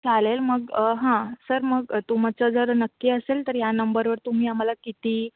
चालेल मग हां सर मग तुमचं जर नक्की असेल तर या नंबरवर तुम्ही आम्हाला किती